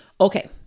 Okay